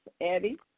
Eddie